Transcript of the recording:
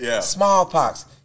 Smallpox